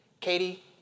Katie